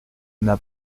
n’a